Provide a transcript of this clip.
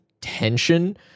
tension